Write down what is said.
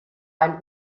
ein